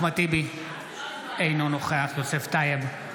אינו נוכח יוסף טייב,